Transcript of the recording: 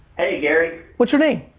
hey, gary! what's your name?